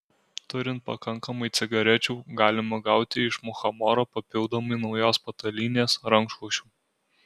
turint pakankamai cigarečių galima gauti iš muchamoro papildomai naujos patalynės rankšluosčių